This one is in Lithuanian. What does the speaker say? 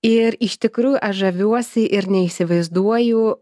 ir iš tikrųjų aš žaviuosi ir neįsivaizduoju